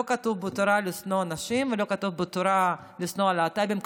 לא כתוב בתורה לשנוא אנשים ולא כתוב בתורה לשנוא להט"בים.